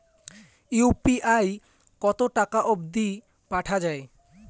UPI কতো টাকা অব্দি পাঠা যায়?